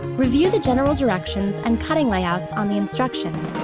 review the general directions and cutting layouts on the instructions.